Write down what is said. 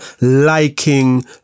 liking